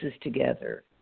together